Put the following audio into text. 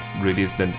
released